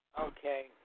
Okay